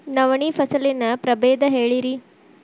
ನವಣಿ ಫಸಲಿನ ಪ್ರಭೇದ ಹೇಳಿರಿ